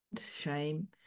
shame